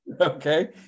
Okay